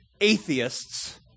atheists